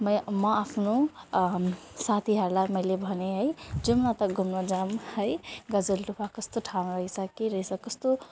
म म आफ्नो साथीहरूलाई मैले भनेँ है जाउँ न त घुम्न जाउँ है गजलडुब्बा कस्तो ठाउँ रहेछ के रहेछ कस्तो